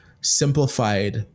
simplified